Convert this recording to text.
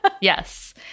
Yes